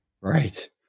Right